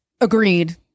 Agreed